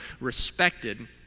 respected